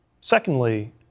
Secondly